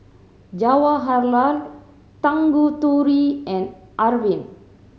Jawaharlal Tanguturi and Arvind